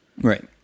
right